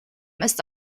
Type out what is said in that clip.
ist